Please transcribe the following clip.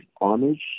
homage